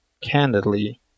candidly